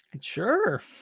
Sure